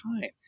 time